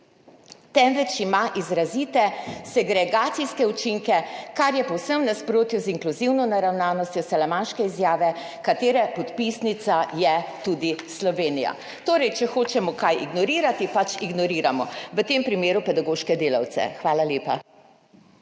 temveč ima izrazite segregacijske učinke, kar je povsem v nasprotju z inkluzivno naravnanostjo Salamanške izjave, katere podpisnica je tudi Slovenija. Torej, če hočemo kaj ignorirati, pač ignoriramo, v tem primeru pedagoške delavce. Hvala lepa.